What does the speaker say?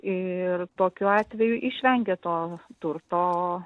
ir tokiu atveju išvengia to turto